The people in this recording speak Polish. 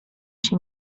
się